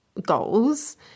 goals